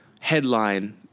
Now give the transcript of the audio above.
headline